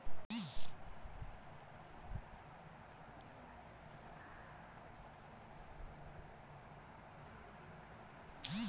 मले किराणा दुकानात टाकाचे हाय तर मले कितीक कर्ज भेटू सकते?